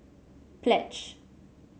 pledge